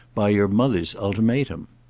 by your mother's ultimatum.